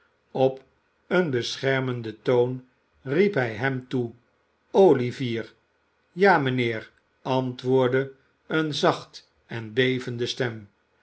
op een beschermenden toon riep hij hem toe olivier ja mijnheer antwoordde een zachte en bevende stem